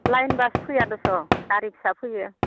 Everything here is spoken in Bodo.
लाइन बास फैयादस' गारि फिसा फैयो